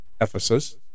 Ephesus